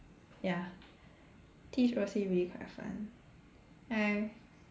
ya T_H_O_C really quite fun !aiya!